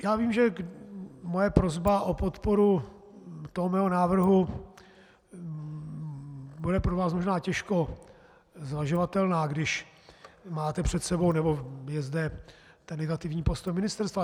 Já vím, že moje prosba o podporu toho mého návrhu bude pro vás možná těžko zvažovatelná, když máte před sebou, nebo je zde negativní postoj ministerstva.